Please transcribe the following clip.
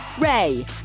Ray